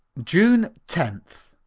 june tenth.